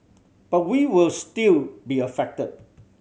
but we will still be affected